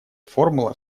формула